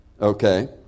Okay